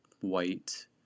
white